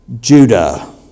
Judah